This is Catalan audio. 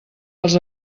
els